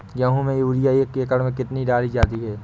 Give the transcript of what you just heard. गेहूँ में यूरिया एक एकड़ में कितनी डाली जाती है?